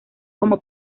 como